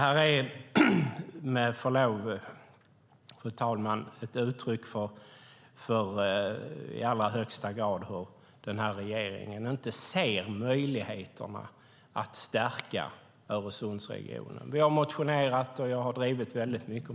Detta är, med förlov sagt, i allra högsta grad ett uttryck för att denna regering inte ser möjligheterna att stärka Öresundsregionen. Vi har motionerat om detta, och jag har drivit detta mycket.